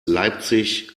leipzig